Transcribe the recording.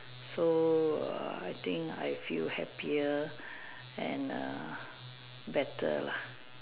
so err I think I feel happier and err better lah